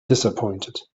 disappointed